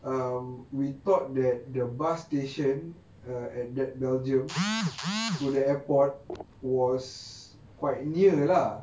um we thought that the bus station uh at that belgium to the airport was quite near lah